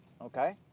Okay